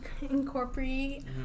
incorporate